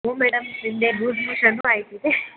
ಹ್ಞೂ ಮೇಡಮ್ ನಿನ್ನೆ loose motion ಆಯ್ತೈತೆ